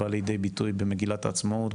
בא לידי ביטוי במגילת העצמאות,